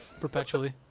Perpetually